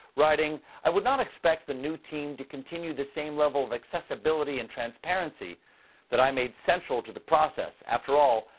writing, i would not expect the new team to continue the same level of accessibility and transparency that i made central to the process. after all,